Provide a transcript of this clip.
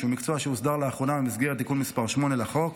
שהוא מקצוע שהוסדר לאחרונה במסגרת תיקון מס' 8 לחוק,